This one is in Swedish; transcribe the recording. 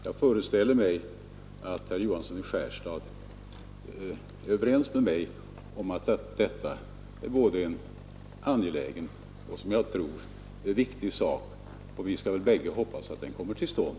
Jag föreställer mig att herr Johansson i Skärstad är överens med mig om att det är en både angelägen och viktig sak, och vi skall väl bägge hoppas att denna granskning kommer till stånd.